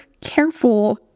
careful